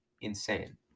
insane